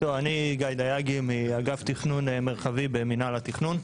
אני מאגף תכנון מרחבי במנהל התכנון.